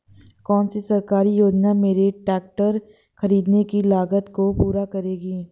कौन सी सरकारी योजना मेरे ट्रैक्टर ख़रीदने की लागत को पूरा करेगी?